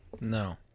No